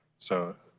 so,